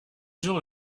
jour